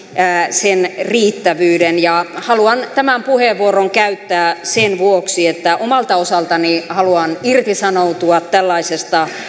sen riittävyyden haluan tämän puheenvuoron käyttää sen vuoksi että omalta osaltani haluan irtisanoutua tällaisesta